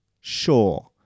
sure